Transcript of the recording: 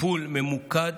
טיפול ממוקד